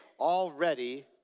already